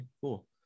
cool